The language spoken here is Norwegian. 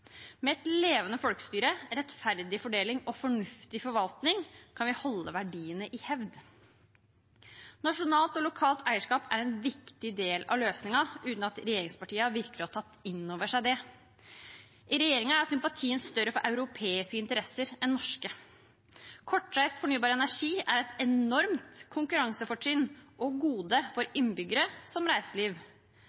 Med et levende folkestyre, rettferdig fordeling og fornuftig forvaltning kan vi holde verdiene i hevd. Nasjonalt og lokalt eierskap er en viktig del av løsningen – uten at det virker som om regjeringspartiene har tatt det inn over seg. I regjeringen er sympatien større for europeiske interesser enn for norske. Kortreist, fornybar energi er et enormt konkurransefortrinn og et gode for innbyggere så vel som for